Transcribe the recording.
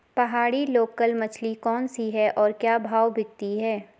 पहाड़ी लोकल मछली कौन सी है और क्या भाव बिकती है?